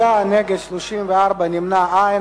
תשעה בעד, נגד, 34, נמנעים, אין.